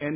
N